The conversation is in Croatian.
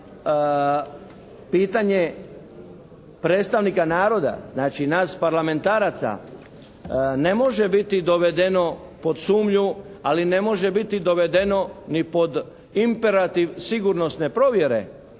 pitanje predstavnika naroda, znači nas parlamentaraca ne može biti dovedeno pod sumnju, ali ne može biti dovedeno ni pod imperativ sigurnosne provjere,